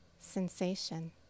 sensation